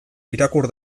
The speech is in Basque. irakur